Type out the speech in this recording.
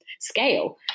scale